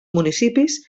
municipis